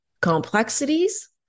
complexities